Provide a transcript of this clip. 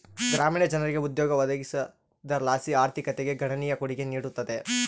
ಗ್ರಾಮೀಣ ಜನರಿಗೆ ಉದ್ಯೋಗ ಒದಗಿಸೋದರ್ಲಾಸಿ ಆರ್ಥಿಕತೆಗೆ ಗಣನೀಯ ಕೊಡುಗೆ ನೀಡುತ್ತದೆ